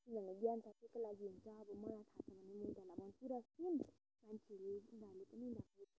किनभने ज्ञान सबैको लागि हुन्छ अब मलाई थाहा छ भने म उनीहरूलाई भन्छु र सेम मान्छेहरूले उनीहरूले पनि भन्यो भने